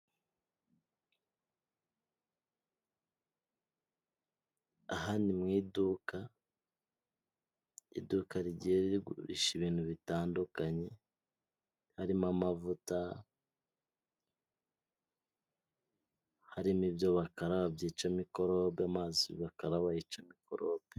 Aha ni mu iduka, iduka rigiye rigurisha ibintu bitandukanye harimo amavuta, harimo ibyo bakaraba byica mikorobe, amazi bakara yica mikorobe.